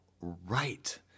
right